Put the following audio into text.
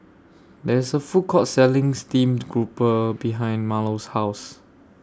There IS A Food Court Selling Steamed Grouper behind Marlo's House